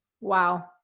Wow